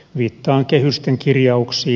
viittaan kehysten kirjauksiin